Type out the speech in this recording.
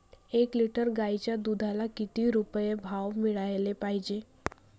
एक लिटर गाईच्या दुधाला किती रुपये भाव मिळायले पाहिजे?